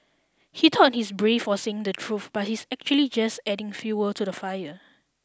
he thought he's brave for saying the truth but he's actually just adding fuel to the fire